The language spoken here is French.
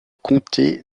comté